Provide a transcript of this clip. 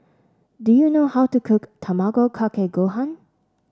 do you know how to cook Tamago Kake Gohan